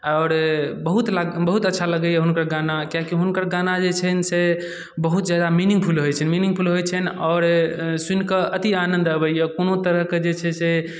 आओर बहुत बहुत अच्छा लगैया हुनकर गाना किएकि हुनकर गाना जे छनि से बहुत जादा मीनिङ्गफुल होइत छनि मीनिङ्गफूल होइत छनि आओर सुनि कऽ अति आनन्द अबैया कोनो तरहके जे छै से